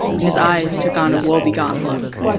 and his eyes took on a woebegone look.